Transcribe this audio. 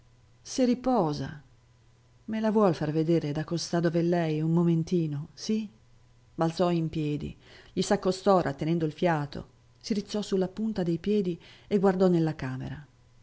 se riposa me la vuol far vedere da costà dov'è lei un momentino sì balzò in piedi gli s'accostò rattenendo il fiato si rizzò su la punta dei piedi e guardò nella camera